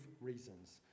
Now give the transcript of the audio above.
reasons